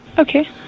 Okay